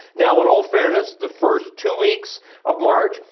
now in all fairness, the first two weeks of march,